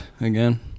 again